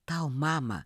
tau mama